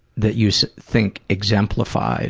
that you so think exemplifies